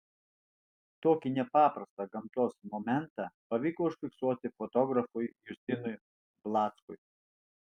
tokį nepaprastą gamtos momentą pavyko užfiksuoti fotografui justinui blackui